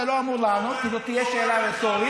אתה לא אמור לענות כי זו תהיה שאלה רטורית,